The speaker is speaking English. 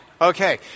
Okay